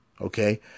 Okay